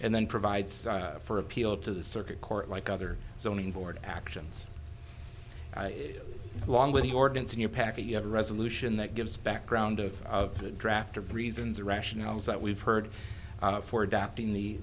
and then provides for appeal to the circuit court like other zoning board actions along with the ordinance in your package you have a resolution that gives background of of the draft of reasons or rationales that we've heard for adopting the